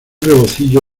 rebocillo